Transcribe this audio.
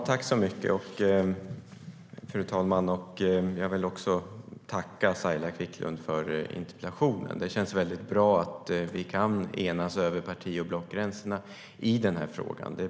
Fru talman! Jag vill också tacka Saila Quicklund för interpellationen. Det känns bra att vi kan enas över parti och blockgränserna i den här frågan.